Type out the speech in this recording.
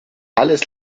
alles